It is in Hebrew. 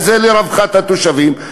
וזה לרווחת התושבים,